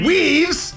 Weaves